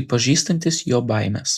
ir pažįstantis jo baimes